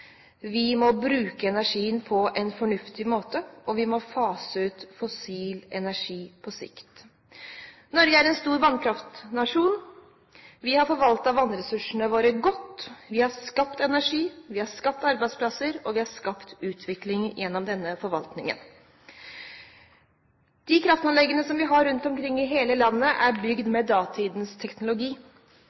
vi må bruke energien på en fornuftig måte, og vi må fase ut fossil energi på sikt. Norge er en stor vannkraftnasjon. Vi har forvaltet vannressursene våre godt. Vi har skapt energi, vi har skapt arbeidsplasser, og vi har skapt utvikling gjennom denne forvaltningen. De kraftanleggene vi har rundt omkring i hele landet, er bygd med datidens teknologi.